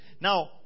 Now